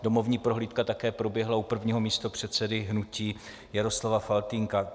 Domovní prohlídka také proběhla u prvního místopředsedy hnutí Jaroslava Faltýnka.